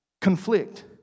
conflict